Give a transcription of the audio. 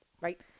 Right